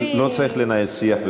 לא צריך לנהל שיח.